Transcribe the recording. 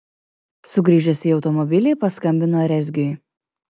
sugrįžęs į automobilį paskambino rezgiui